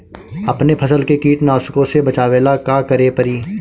अपने फसल के कीटनाशको से बचावेला का करे परी?